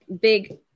big